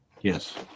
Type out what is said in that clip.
Yes